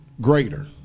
greater